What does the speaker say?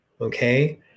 okay